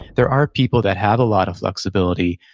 there are people that have a lot of flexibility,